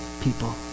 people